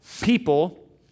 people